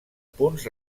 punts